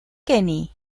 kenny